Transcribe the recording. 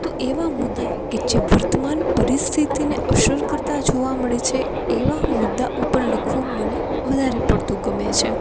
તો એવા મુદ્દા કે જે વર્તમાન પરિસ્થિતિને અસર કરતા જોવા મળે છે એવા મુદ્દા ઉપર લખવું મને વધારે પડતું ગમે છે